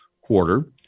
quarter